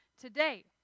today